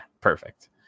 perfect